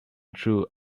true